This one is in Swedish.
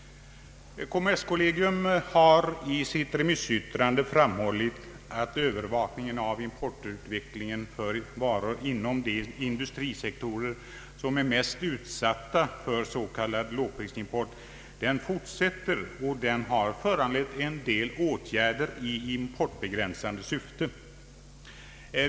Kommerskollegium har i sitt remissyttrande framhållit att övervakningen av importutvecklingen för varor inom de industrisektorer som är mest utsatta för s.k. lågprisimport fortsätter och har föranlett en del åtgärder i import begränsande syfte.